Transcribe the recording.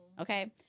Okay